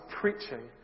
preaching